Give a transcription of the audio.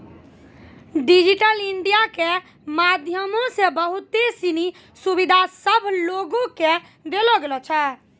digital India के माध्यमो से बहुते सिनी सुविधा सभ लोको के देलो गेलो छै